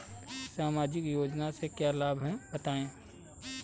सामाजिक योजना से क्या क्या लाभ हैं बताएँ?